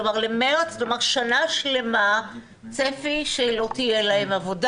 כלומר שנה שלמה צפי שלא תהיה להם עבודה.